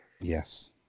Yes